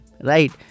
Right